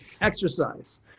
exercise